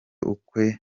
ukwe